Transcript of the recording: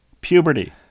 puberty